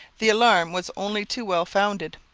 the alarm was only too well founded.